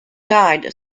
died